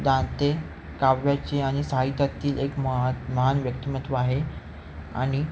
Dante काव्याची आणि साहित्यातील एक महात महान व्यक्तिमत्व आहे आणि